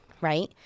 Right